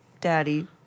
daddy